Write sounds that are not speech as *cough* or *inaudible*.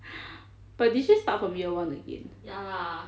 *breath* but did she start from year one again